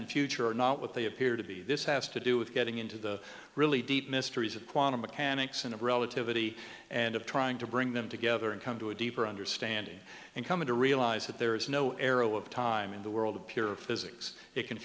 and future are not what they appear to be this has to do with getting into the really deep mysteries of quantum mechanics and of relativity and of trying to bring them together and come to a deeper understanding and coming to realize that there is no arrow of time in the world of pure of physics it can